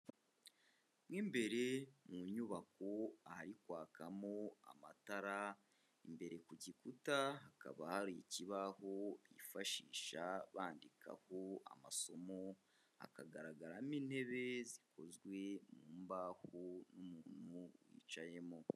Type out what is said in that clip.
Mo imbere mu nyubako ahari kwakamo amatara, imbere ku gikuta hakaba hari ikibaho bifashisha bandikaho amasomo, hakagaragaramo intebe zikozwe mu mbaho n'umuntu wicayemo.